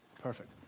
Perfect